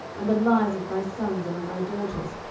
and the lives of thy sons and of thy daughters,